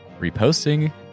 Reposting